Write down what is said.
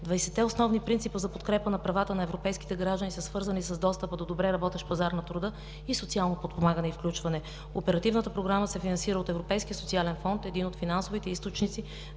основни принципа за подкрепа на правата на европейските граждани са свързани с достъпа до добре работещ пазар на труда и социално подпомагане и включване. Оперативната програма се финансира от Европейския социален фонд – един от финансовите източници